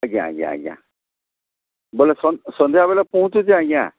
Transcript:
ଆଜ୍ଞା ଆଜ୍ଞା ଆଜ୍ଞା ବୋଲେ ସନ୍ଧ୍ୟାବେଲେ ପହଁଞ୍ଚୁଛି ଆଜ୍ଞା